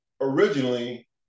Originally